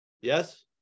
Yes